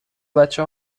بچه